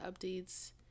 updates